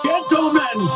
Gentlemen